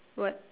what